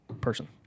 person